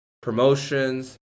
promotions